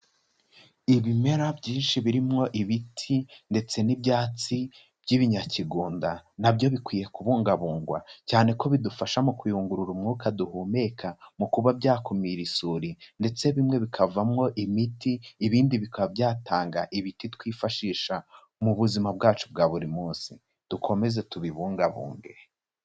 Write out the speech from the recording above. Ibimera byinshi birimwo ibiti ndetse n'ibyatsi by'ibinyakigunda, nabyo bikwiye kubungabungwa, cyane ko bidufasha mu kuyungurura umwuka duhumeka, mu kuba byakumira isuri ndetse bimwe bikavamwo imiti, ibindi bikaba byatanga ibiti twifashisha mu buzima bwacu bwa buri munsi, dukomeze tubibungabunge.